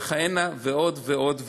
וכהנה, ועוד ועוד ועוד.